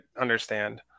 understand